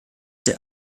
der